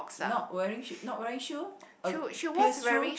not wearing she not wearing shoe a pierce through